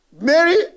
Mary